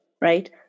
Right